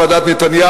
דרך,